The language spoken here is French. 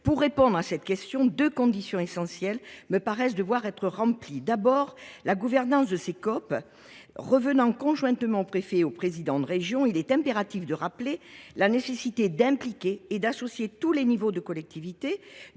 Pour répondre à cette question, deux conditions essentielles me paraissent devoir être remplies. En premier lieu, la gouvernance des COP revenant conjointement aux préfets et aux présidents de région, il est impératif de rappeler la nécessité d’impliquer et d’associer tous les échelons de collectivités